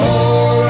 More